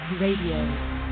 Radio